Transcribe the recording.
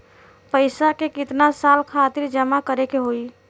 पैसा के कितना साल खातिर जमा करे के होइ?